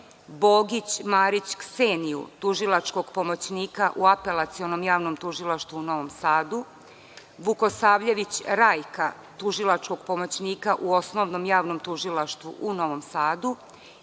Bogić Marić Kseniju, tužilačkog pomoćnika u Apelacionom javnom tužilaštvu u Novom Sadu, Vukosavljević Rajka, tužilačkog pomoćnika u Osnovnom javnom tužilaštvu u Novom Sadu